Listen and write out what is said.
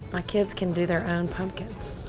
my kids can do their own pumpkins.